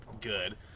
good